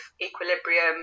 equilibrium